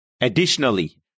Additionally